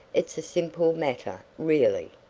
it's a simple matter, really.